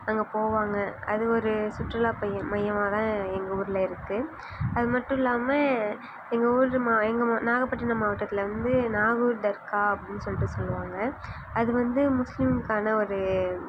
அங்கே போவாங்க அது ஒரு சுற்றுலா பய மையமாக தான் எங்கள் ஊரில் இருக்குது அது மட்டுமல்லாம எங்கள் ஊர் மாவட்டம் நாகப்பட்டினம் மாவட்டத்தில் வந்து நாகூர் தர்கா அப்படினு சொல்லிட்டு சொல்லுவாங்க அது வந்து முஸ்லீம்க்கான ஒரு